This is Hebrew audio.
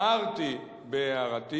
הערתי בהערתי